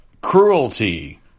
cruelty